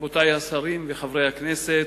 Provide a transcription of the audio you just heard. רבותי השרים וחברי הכנסת,